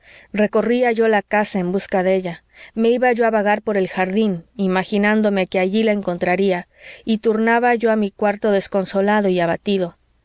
recorría yo la casa en busca de ella me iba yo a vagar por el jardín imaginándome que allí la encontraría y turnaba yo a mi cuarto desconsolado y abatido